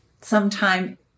sometime